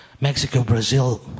Mexico-Brazil